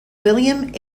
william